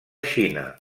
xina